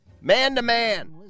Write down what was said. man-to-man